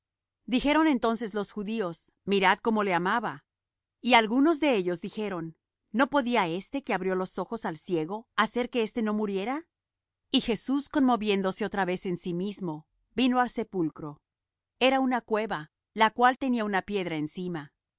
dijeron entonces los judíos mirad cómo le amaba y algunos de ellos dijeron no podía éste que abrió los ojos al ciego hacer que éste no muriera y jesús conmoviéndose otra vez en sí mismo vino al sepulcro era una cueva la cual tenía una piedra encima